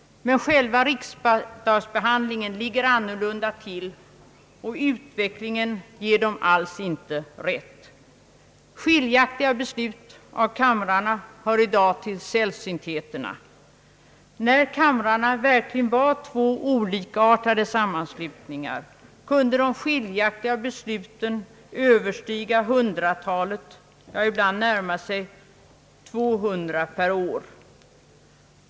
Men själva riksdagsbehandlingen ligger annorlunda till, och utvecklingen ger dem inte alls rätt. Skiljaktiga beslut av kamrarna hör i dag till sällsyntheterna. När kamrarna verkligen var två olikartade sammanslutningar, kunde de skiljaktiga besluten överstiga hundratalet per år, ja, ibland närma sig 200.